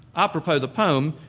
apropos the poem,